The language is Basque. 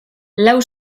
lau